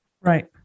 right